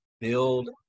build